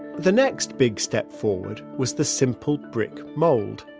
the next big step forward was the simple brick mold,